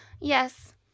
yes